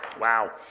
Wow